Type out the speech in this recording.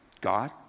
God